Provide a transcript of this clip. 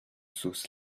sus